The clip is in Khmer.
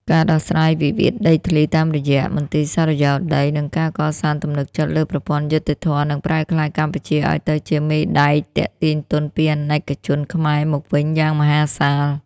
ការដោះស្រាយវិវាទដីធ្លីតាមរយៈ មន្ទីរសុរិយោដី និងការកសាងទំនុកចិត្តលើប្រព័ន្ធយុត្តិធម៌ នឹងប្រែក្លាយកម្ពុជាឱ្យទៅជា "មេដែក" ទាក់ទាញទុនពីអាណិកជនខ្មែរ មកវិញយ៉ាងមហាសាល។